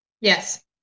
Yes